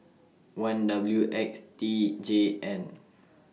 one W X T J N